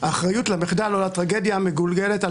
האחריות למחדל או לטרגדיה המגולגלת על